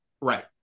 right